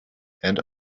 and